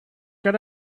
good